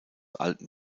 altem